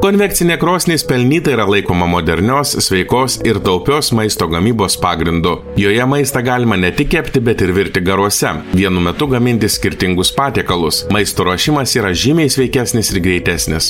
konvekcinė krosnis pelnytai yra laikoma modernios sveikos ir taupios maisto gamybos pagrindu joje maistą galima ne tik kepti bet ir virti garuose vienu metu gaminti skirtingus patiekalus maisto ruošimas yra žymiai sveikesnis ir greitesnis